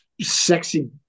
sexy